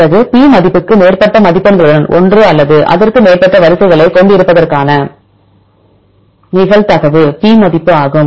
பிறகு P மதிப்புக்கு மேற்பட்ட மதிப்பெண்களுடன் ஒன்று அல்லது அதற்கு மேற்பட்ட வரிசைகளைக் கொண்டிருப்பதற்கான நிகழ்தகவு P மதிப்பு ஆகும்